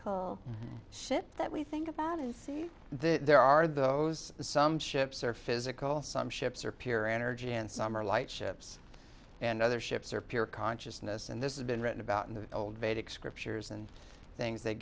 fear shit that we think about and see there are those some ships are physical some ships are pure energy and some are light ships and other ships are pure consciousness and this has been written about in the old vedic scriptures and things they